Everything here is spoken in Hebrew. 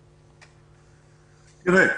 תראה,